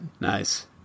Nice